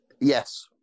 Yes